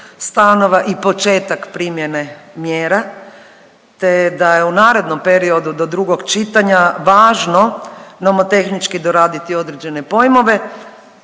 stanova i početak primjene mjera te da je u narednom periodu do drugog čitanja važno nomotehnički doraditi određene pojmove,